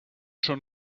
schon